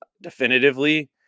definitively